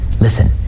listen